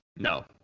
No